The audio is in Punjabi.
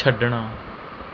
ਛੱਡਣਾ